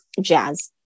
jazz